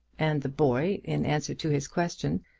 and the boy, in answer to his question,